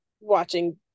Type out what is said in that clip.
watching